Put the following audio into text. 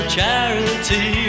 charity